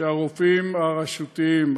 שהרופאים הרשותיים,